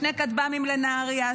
שני כטב"מים לנהריה,